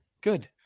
Good